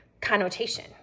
connotation